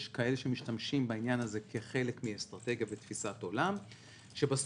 יש כאלה שמשתמשים בעניין הזה כחלק מאסטרטגיה ותפיסת עולם שבסוף,